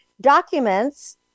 documents